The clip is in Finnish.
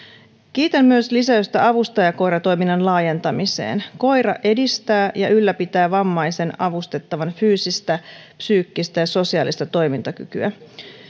kiitän myös lisäyksestä avustajakoiratoiminnan laajentamiseen koira edistää ja ylläpitää vammaisen avustettavan fyysistä psyykkistä ja sosiaalista toimintakykyä